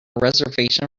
reservation